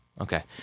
Okay